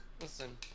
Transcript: Listen